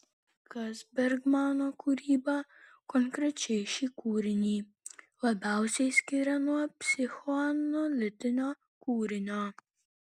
kas bergmano kūrybą konkrečiai šį kūrinį labiausiai skiria nuo psichoanalitinio kūrinio